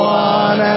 one